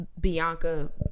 Bianca